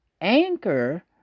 anchor